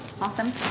Awesome